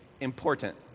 important